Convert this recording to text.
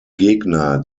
gegner